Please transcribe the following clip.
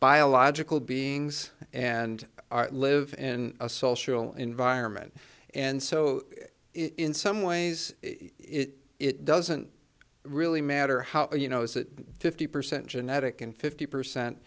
biological beings and live in a social environment and so in some ways it doesn't really matter how you know is it fifty percent genetic and fifty percent